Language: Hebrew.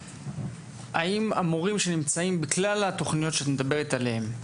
האם המורים שנמצאים בכלל התוכניות שאת מדברת עליהן,